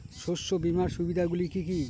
শস্য বিমার সুবিধাগুলি কি কি?